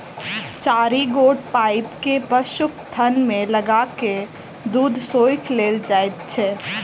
चारि गोट पाइप के पशुक थन मे लगा क दूध सोइख लेल जाइत छै